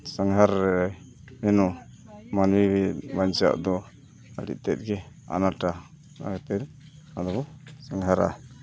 ᱥᱟᱸᱜᱷᱟᱨ ᱨᱮ ᱡᱮᱱᱚ ᱢᱟᱹᱱᱢᱤ ᱵᱟᱧᱪᱟᱜ ᱫᱚ ᱟᱹᱰᱤᱛᱮᱫ ᱜᱮ ᱟᱱᱟᱴᱟ ᱚᱱᱟ ᱠᱷᱟᱹᱛᱤᱨ ᱟᱵᱚ ᱥᱟᱸᱜᱷᱟᱨᱟ